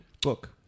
book